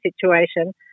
situation